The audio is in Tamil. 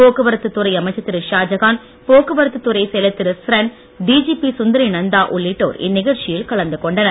போக்குவரத்து துறை அமைச்சர் திரு ஷாஜகான் போக்குவரத்து துறை செயலர் திரு ஸ்ரன் டிஜிபி சுந்தரி நந்தா உள்ளிட்டோர் இந்நிகழ்ச்சியில் கலந்து கொண்டனர்